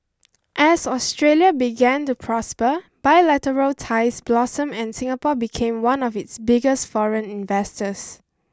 as Australia began to prosper bilateral ties blossomed and Singapore became one of its biggest foreign investors